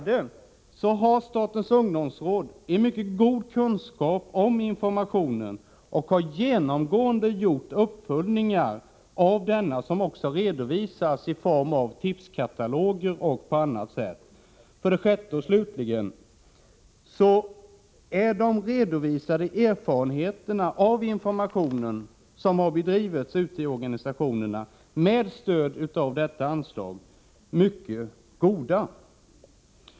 DO Statens ungdomsråd har en mycket god kunskap om informationen, och rådet har genomgående gjort uppföljningar som också redovisats i form av tipskataloger och på annat sätt. O De redovisade erfarenheterna av informationen som har bedrivits ute i organisationerna med stöd av detta anslag är mycket goda.